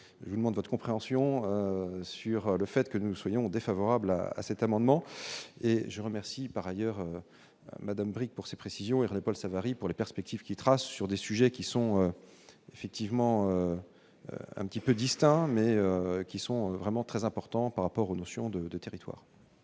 je vous demande votre compréhension sur le fait que nous soyons défavorable à cet amendement et je remercie par ailleurs Madame Bricq, pour ces précisions et René-Paul Savary pour les perspectives quittera sur des sujets qui sont effectivement un petit peu distincts mais qui sont vraiment très importants par rapport aux notions de territoire.